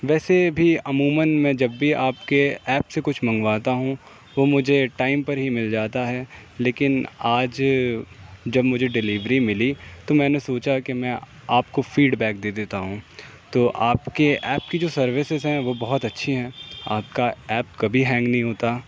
ویسے بھی عموماً میں جب بھی آپ کے ایپ سے کچھ منگواتا ہوں وہ مجھے ٹائم پر ہی مل جاتا ہے لیکن آج جب مجھے ڈلیوری ملی تو میں نے سوچا کہ میں آپ کو فیڈبیک دے دیتا ہوں تو آپ کے ایپ کی جو سروسز ہیں وہ بہت اچھی ہیں آپ کا ایپ کبھی ہینگ نہیں ہوتا